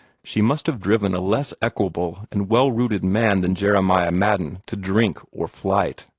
she must have driven a less equable and well-rooted man than jeremiah madden to drink or flight.